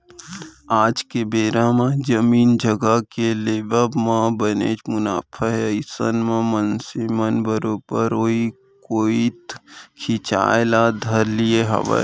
आज के बेरा म जमीन जघा के लेवब म बनेच मुनाफा हे अइसन म मनसे मन बरोबर ओइ कोइत खिंचाय ल धर लिये हावय